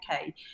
okay